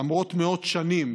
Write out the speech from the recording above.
למרות מאות שנים